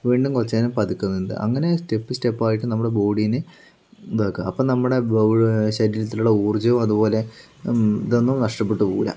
വീണ്ടും കുറച്ച് നേരം പതുക്കെ നീന്തുക അങ്ങനെ സ്റ്റെപ്പ് സ്റ്റെപ്പായിട്ട് നമ്മുടെ ബോഡിനെ ഇതാക്കുക അപ്പോൾ നമ്മുടെ ശരീരത്തിലുള്ള ഊർജ്ജവും അതുപോലെ ഇതൊന്നും നഷ്ടപ്പെട്ടു പോവില്ല